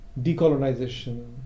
decolonization